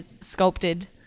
sculpted –